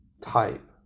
type